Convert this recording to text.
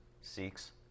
seeks